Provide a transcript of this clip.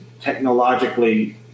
technologically